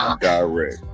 direct